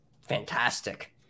fantastic